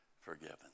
forgiven